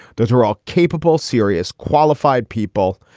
those are all capable, serious, qualified people.